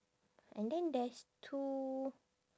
and then there's two